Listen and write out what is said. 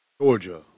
Georgia